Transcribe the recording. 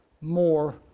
more